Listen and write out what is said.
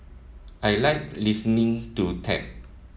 I like listening to tap